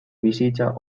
bizitza